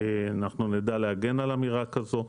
אנחנו נדע להגן על אמירה כזו.